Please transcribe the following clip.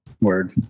Word